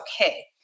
okay